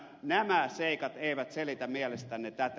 nämä seikat eivät selitä mielestänne tätä